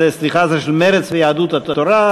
סליחה, זה של מרצ ויהדות התורה.